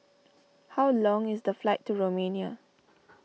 how long is the flight to Romania